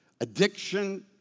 addiction